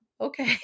Okay